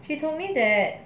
she told me that